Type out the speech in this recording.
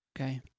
Okay